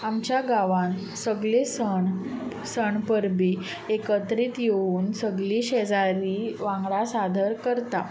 आमच्या गांवांत सगले सण सण परबी एकत्रीत येवन सगली शेजारी वांगडा सादर करता